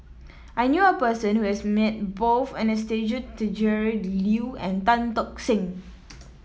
I knew a person who has met both Anastasia Tjendri Liew and Tan Tock Seng